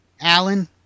Alan